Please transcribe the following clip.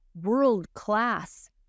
world-class